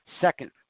Second